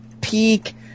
peak